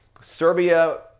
Serbia